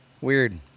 Weird